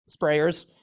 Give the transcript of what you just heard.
sprayers